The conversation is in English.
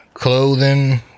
Clothing